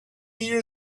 year